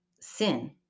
sin